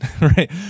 right